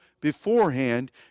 beforehand